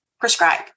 prescribe